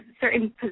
certain